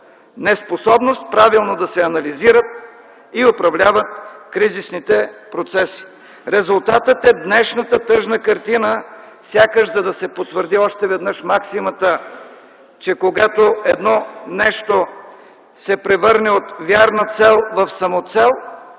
неспособноста правилно да се анализират и управляват кризисните процеси. Резултатът е днешната тъжна картина, сякаш за да се потвърди още веднъж максимата, че когато едно нещо се превърне от вярна цел в самоцел,